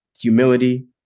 humility